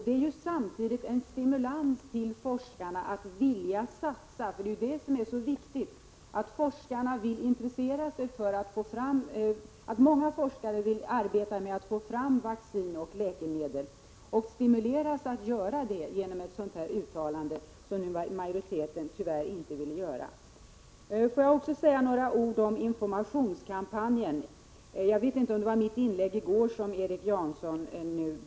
Det skulle samtidigt vara en stimulans för forskarna. Det är ju mycket viktigt att många av de forskare som vill arbeta på att få fram mediciner och läkemedel också stimuleras i sitt arbete. Den stimulansen kan de få i och med att nämnda uttalande görs. Tyvärr vill inte majoriteten uttala detta. Sedan några ord om informationskampanjen. Jag vet inte om det var mitt inlägg från i går som Erik Janson åsyftade.